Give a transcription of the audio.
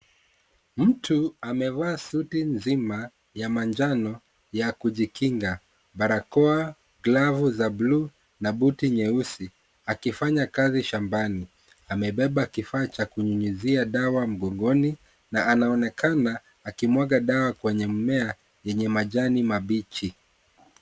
Mtu amevaa suti nzima ya manjano ya kujikinga barakoa, glavu za blue na buti nyeusi, akifanya kazi shambani amebeba kifaa cha kunyunyizia dawa mgongoni na anaonekana akimwaga dawa kwenye mmea yenye majani mabichi.